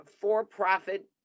for-profit